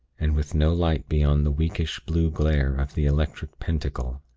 and with no light beyond the weakish blue glare of the electric pentacle.